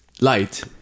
light